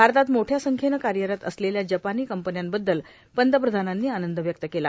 भारतात मोठ्या संख्येने कार्यरत असलेल्या जपानी कंपन्यांबद्दल पंतप्रधानांनी आनंद व्यक्त केला